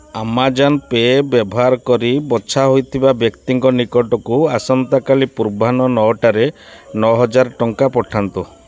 Amazon Pay ବ୍ୟବହାର କରି ବଛା ହୋଇଥିବା ବ୍ୟକ୍ତିଙ୍କ ନିକଟକୁ ଆସନ୍ତାକାଲି ପୂର୍ବାହ୍ନ ନଅଟାରେ ନଅହଜାର ଟଙ୍କା ପଠାନ୍ତୁ